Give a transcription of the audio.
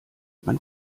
man